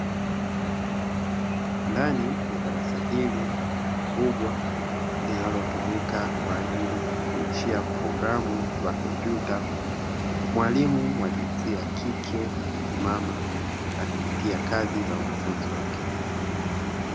Ndani ya darasa hili kubwa linalotumika kwa ajili ya kufundishia programu za kompyuta, mwalimu wa jinsia ya kike amesimama akipitia kazi za wanafunzi wake.